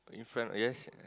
in front yes